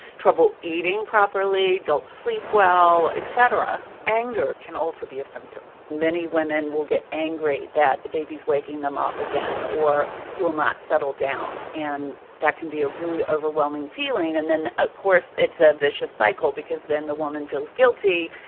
trouble eating properly, don't sleep well, etc anger can also be a symptom many women will get angry that the baby's waking them up again or will not settle down, and that can be a really overwhelming feeling. and then, of course, it's a vicious cycle because then the woman feels guilty,